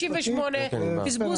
כל עוד הן לא נמצאות אתה מכלה את הזמן שלך.